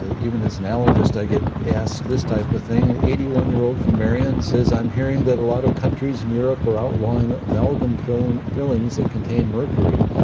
even as an allergist, i get asked this type of things, eighty one year old from marion says i'm hearing that a lot of countries in europe are outlawing amalgam fillings fillings that contain mercury.